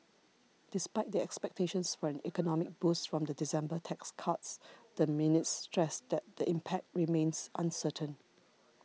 despite the expectations for an economic boost from the December tax cuts the minutes stressed that the impact remains uncertain